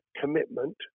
commitment